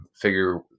figure